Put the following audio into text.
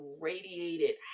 radiated